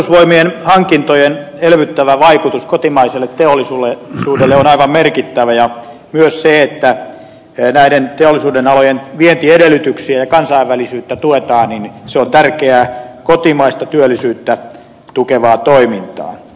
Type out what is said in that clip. puolustusvoimien hankintojen elvyttävä vaikutus kotimaiselle teollisuudelle on aivan merkittävä ja myös se että näiden teollisuudenalojen vientiedellytyksiä ja kansainvälisyyttä tuetaan on tärkeää kotimaista työllisyyttä tukevaa toimintaa